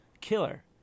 Killer